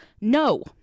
No